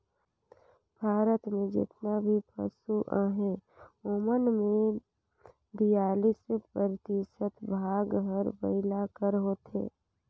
भारत में जेतना भी पसु अहें ओमन में बियालीस परतिसत भाग हर बइला कर होथे